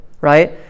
right